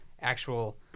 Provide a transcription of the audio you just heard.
actual